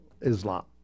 Islam